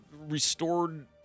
restored